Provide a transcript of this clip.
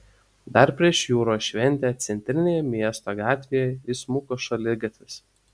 dar prieš jūros šventę centrinėje miesto gatvėje įsmuko šaligatvis